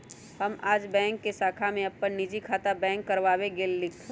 हम आज बैंक के शाखा में अपन निजी खाता बंद कर वावे गय लीक हल